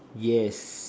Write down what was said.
yes